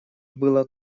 было